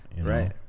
Right